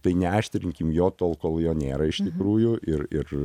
tai neaštrinkim jo tol kol jo nėra iš tikrųjų ir ir